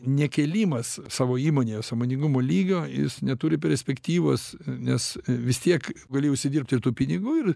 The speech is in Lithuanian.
nekėlimas savo įmonėje sąmoningumo lygio jis neturi perspektyvos nes vis tiek gali užsidirbt ir tų pinigų ir